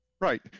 right